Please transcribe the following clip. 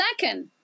second